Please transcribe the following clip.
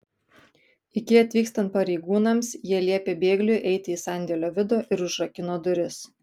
iki atvykstant pareigūnams jie liepė bėgliui eiti į sandėlio vidų ir užrakino duris